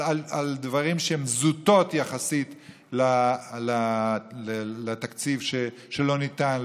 על דברים שהם זוטות יחסית לתקציב שלא ניתן,